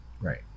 Right